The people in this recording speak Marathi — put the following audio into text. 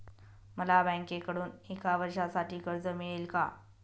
मला बँकेकडून एका वर्षासाठी कर्ज मिळेल का?